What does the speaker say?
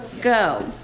go